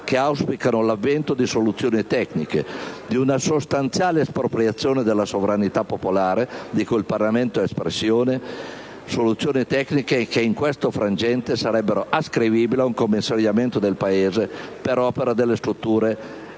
che auspicano l'avvento di soluzioni tecniche di una sostanziale espropriazione della sovranità popolare, di cui il Parlamento è espressione, soluzioni tecniche che in questo frangente sarebbero ascrivibili a un commissariamento del Paese per opera delle strutture